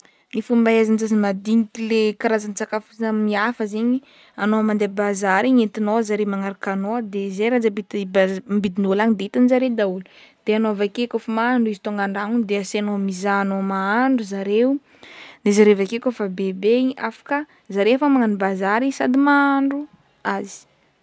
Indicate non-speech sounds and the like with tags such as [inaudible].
Ny fomba ahaizan-jaza madiniky le karazantsakafo samihafa zegny anao mandeha bazary igny entinao zare magnaraka anao de zay raha jiaby [unintelligible] ambidin'ôlo agny de itan-jare daholo de anao avake koafa mahandro izy tonga andragno igny de asainao mizaha anao mahandro zareo, de zare avake koa efa bebe igny afaka zare efa magnano bazary sady mahandro azy.